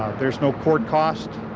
there's no court cost.